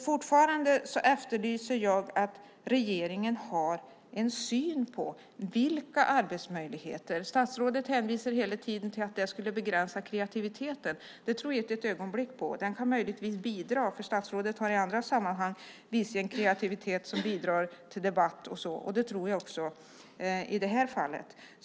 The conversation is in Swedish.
Fortfarande efterlyser jag alltså regeringens syn på vilka arbetsmöjligheterna är. Statsrådet hänvisar hela tiden till att det skulle begränsa kreativiteten. Det tror jag inte ett ögonblick på. Det kan möjligtvis bidra, för statsrådet har i andra sammanhang visat en kreativitet som bidrar till debatt, och så tror jag det vore också i det här fallet.